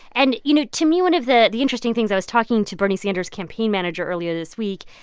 and, you know, to me, one of the the interesting things i was talking to bernie sanders' campaign manager earlier this week.